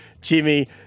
Jimmy